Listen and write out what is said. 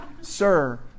Sir